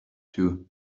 too